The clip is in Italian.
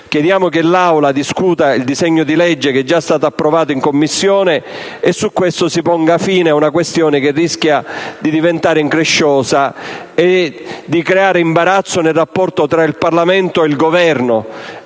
Chiediamo che l'Aula discuta il disegno di legge già approvato in Commissione e si ponga fine ad una questione che rischia di diventare incresciosa e di creare imbarazzo nel rapporto tra il Parlamento e il Governo.